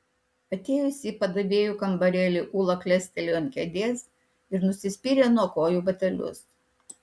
atėjusi į padavėjų kambarėlį ūla klestelėjo ant kėdės ir nusispyrė nuo kojų batelius